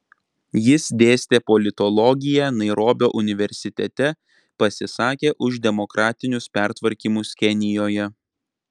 jis dėstė politologiją nairobio universitete pasisakė už demokratinius pertvarkymus kenijoje